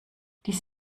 dies